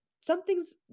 Something's